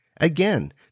Again